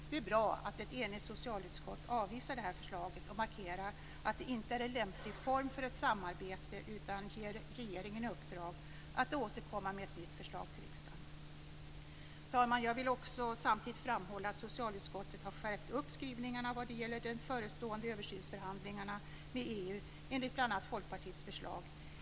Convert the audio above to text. Det är bra att ett enigt socialutskott avvisar förslaget, markerar att det inte är en lämplig form för samarbete och ger regeringen i uppdrag att återkomma med ett nytt förslag till riksdagen. Herr talman! Jag vill samtidigt framhålla att socialutskottet har skärpt skrivningen vad gäller de förestående översynsförhandlingarna med EU i enlighet med bl.a. Folkpartiets förslag.